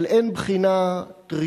בבחינות וחלקם לא נבחנים כלל.